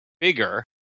bigger